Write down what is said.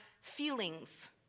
feelings